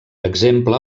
exemple